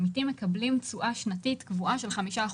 העמיתים מקבלים תשואה שנתית קבועה של 5%,